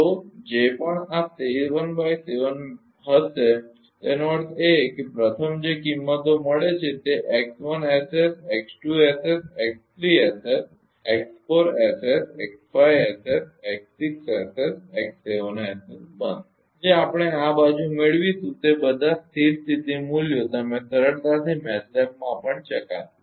તો જે પણ આ 7 x 7 હશે તેનો અર્થ એ કે પ્રથમ જે કિંમતો મળે છે તે બનશે જે આપણે આ બાજુ મેળવીશું તે બધા સ્થિર સ્થિતી મૂલ્યો તમે સરળતાથી MATLABમેટલેબમાં પણ ચકાસી શકો છો